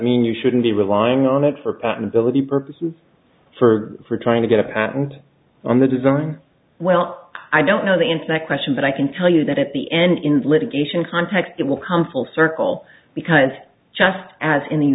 mean you shouldn't be relying on it for patentability purposes for for trying to get a patent on the design well i don't know the answer that question but i can tell you that at the end in litigation context it will come full circle because just as